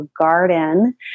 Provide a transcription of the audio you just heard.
garden